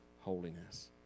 holiness